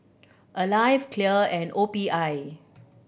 Alive Clear and O P I